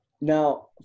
Now